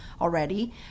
already